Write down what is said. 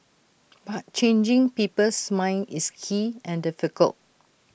but changing people's minds is key and difficult